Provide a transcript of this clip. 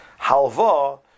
halva